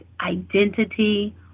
identity